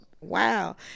wow